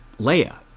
leia